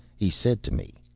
he said to me,